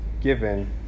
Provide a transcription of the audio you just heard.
given